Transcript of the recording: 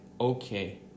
okay